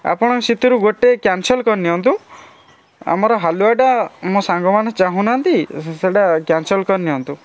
ଆପଣ ସେଥିରୁ ଗୋଟେ କ୍ୟାନସଲ୍ କରିନିଅନ୍ତୁ ଆମର ହାଲୁଆଟା ଆମ ସାଙ୍ଗମାନେ ଚାହୁଁନାହାଁନ୍ତି ସେଇଟା କ୍ୟାନସଲ୍ କରିନିଅନ୍ତୁ